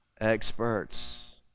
experts